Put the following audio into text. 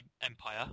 Empire